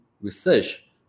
Research